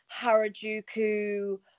Harajuku